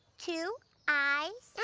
two eyes. yeah